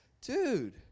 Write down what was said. Dude